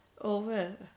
over